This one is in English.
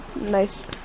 nice